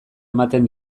ematen